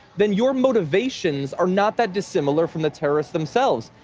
then your motivations are not that dissimilar from the terrorists themselves.